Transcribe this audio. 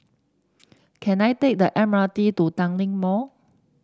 can I take the M R T to Tanglin Mall